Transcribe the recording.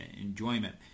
enjoyment